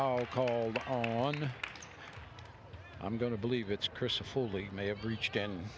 foul called on i'm going to believe it's chris a fully may have reached and